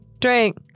drink